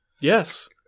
Yes